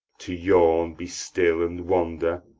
to yawn, be still, and wonder,